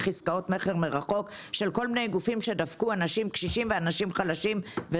עסקאות מכר מרחוק של כל מיני שגופים שדפקו אנשים קשישים ואנשים חלשים.